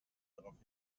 darauf